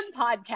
podcast